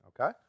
Okay